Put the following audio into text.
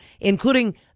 including